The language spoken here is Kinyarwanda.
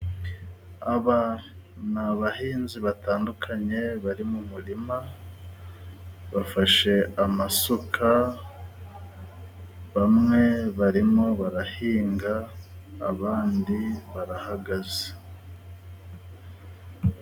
Aba ni abahinzi batandukanye bari mu murima. Bafashe amasuka bamwe barimo barahinga, abandi barahagaze.